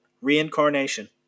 reincarnation